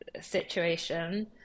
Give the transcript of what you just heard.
situation